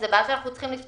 זה מה שמטריד אותך.